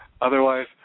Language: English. Otherwise